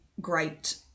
great